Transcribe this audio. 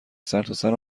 سرتاسر